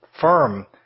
firm